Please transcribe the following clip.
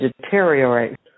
deteriorate